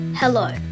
Hello